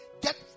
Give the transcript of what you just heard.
get